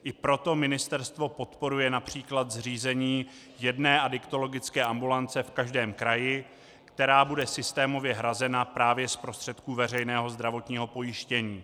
I proto ministerstvo podporuje například zřízení jedné adiktologické ambulance v každém kraji, která bude systémově hrazena právě z prostředků veřejného zdravotního pojištění.